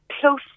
close